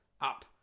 up